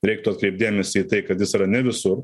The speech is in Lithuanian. reiktų atkreipt dėmesį į tai kad jis yra ne visur